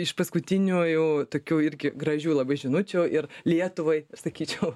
iš paskutiniųjų tokių irgi gražių labai žinučių ir lietuvai sakyčiau